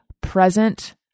present